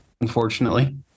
unfortunately